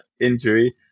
injury